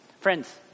Friends